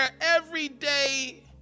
everyday